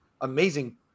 amazing